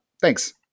Thanks